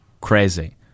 crazy